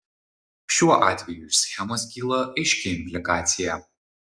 šiuo atveju iš schemos kyla aiški implikacija